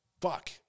fuck